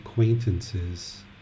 Acquaintances